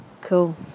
Cool